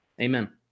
Amen